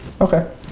Okay